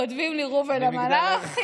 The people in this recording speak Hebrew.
כותבים לי "ראובן המלח",